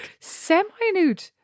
Semi-nude